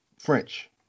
French